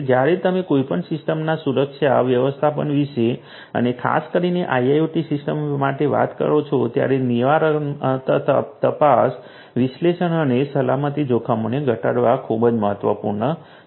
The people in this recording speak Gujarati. જ્યારે તમે કોઈપણ સિસ્ટમના સુરક્ષા વ્યવસ્થાપન વિશે અને ખાસ કરીને આઇઆઓટી સિસ્ટમ્સ માટે વાત કરો છો ત્યારે નિવારણ તપાસ વિશ્લેષણ અને સલામતી જોખમોને ઘટાડવા ખૂબ જ મહત્વપૂર્ણ છે